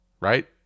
right